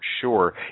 sure